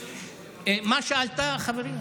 מה שאלת, חברי?